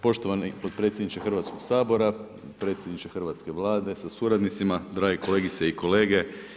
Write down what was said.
Poštovani potpredsjedniče Hrvatskog sabora, predsjedniče hrvatske Vlade sa suradnicima, drage kolegice i kolege.